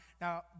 now